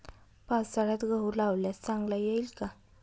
पावसाळ्यात गहू लावल्यास चांगला येईल का?